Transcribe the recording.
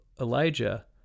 Elijah